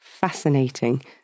fascinating